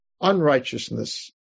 unrighteousness